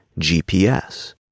GPS